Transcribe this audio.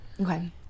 Okay